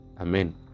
Amen